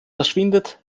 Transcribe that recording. verschwindet